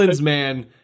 man